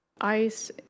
ice